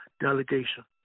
delegation